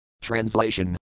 Translation